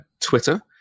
Twitter